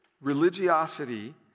religiosity